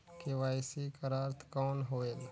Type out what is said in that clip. KYC कर अर्थ कौन होएल?